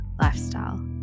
lifestyle